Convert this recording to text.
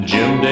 Jim